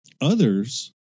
Others